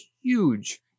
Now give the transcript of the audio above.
huge